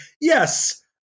yes